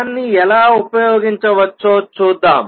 దాన్ని ఎలా ఉపయోగించవచ్చో చూద్దాం